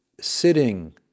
sitting